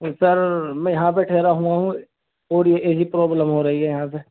تو سر میں یہاں پہ ٹھہرا ہوا ہوں اوڑ یہ یہی پرابلم ہو رہی ہے یہاں پہ